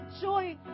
joy